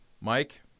Mike